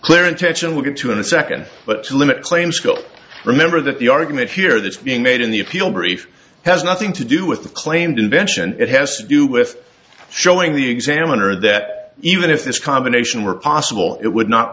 clear intention we get to in a second but to limit claim still remember that the argument here that's being made in the appeal brief has nothing to do with the claimed invention it has to do with showing the examiner that even if this combination were possible it would not